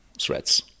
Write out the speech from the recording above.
threats